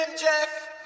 Jeff